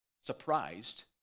surprised